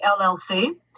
LLC